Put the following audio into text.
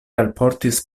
alportis